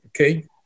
okay